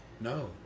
No